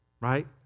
right